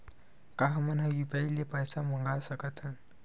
का हमन ह यू.पी.आई ले पईसा मंगा सकत हन?